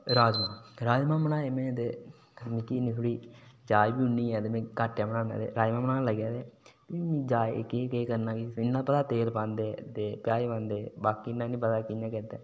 राजमां राजमां बनाऽ में ते मिगी थोह्ड़ी जाच बी उन्नी गै ते में घट्ट गै बनाना राजमां बनान लग्गेआ ते केह् केह् करना ते किन्ना हारा तेल पांदे ते बाकी इन्ना बी निं पता केह् करदे